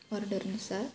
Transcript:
ऑर्डरनुसार